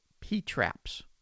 P-traps